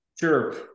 Sure